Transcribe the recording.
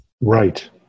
Right